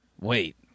wait